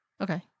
Okay